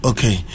Okay